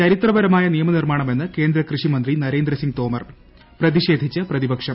ചരിത്രപരമായ നിയമ നിർമാണമെന്ന് കേന്ദ്ര കൃഷിമന്ത്രി നരേന്ദ്ര സിങ് തോമർ പ്രതിഷേധിച്ച് പ്രതിപക്ഷം